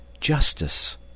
JUSTICE